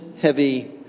heavy